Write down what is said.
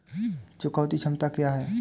चुकौती क्षमता क्या है?